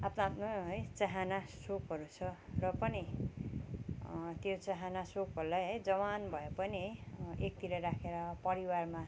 आफ्नो आफ्नो है चाहना सोखहरू छ र पनि त्यो चाहना सोखहरूलाई है जवान भएपनि है एकतिर राखेर परिवारमा